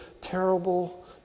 terrible